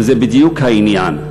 וזה בדיוק העניין.